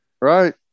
Right